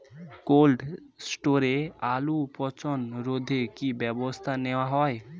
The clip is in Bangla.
কোল্ড স্টোরে আলুর পচন রোধে কি ব্যবস্থা নেওয়া হয়?